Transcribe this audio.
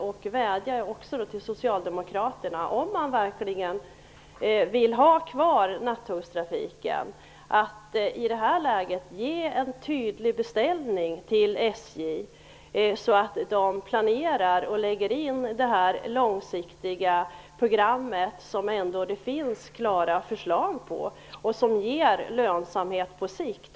Jag vädjar här till Socialdemokraterna: Om ni verkligen vill ha kvar nattågstrafiken, ge då SJ i det här läget en tydlig beställning så att man planerar och lägger in det långsiktiga program som det ändå finns klara förslag om och som ger lönsamhet på sikt!